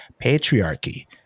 patriarchy